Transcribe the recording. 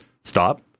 stop